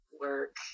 work